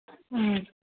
ꯎꯝ